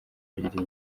bigira